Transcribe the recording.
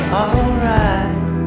alright